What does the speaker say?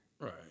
Right